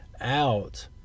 out